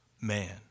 Man